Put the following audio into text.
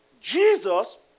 Jesus